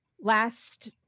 last